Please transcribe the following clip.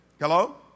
Hello